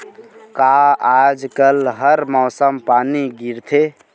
का आज कल हर मौसम पानी गिरथे?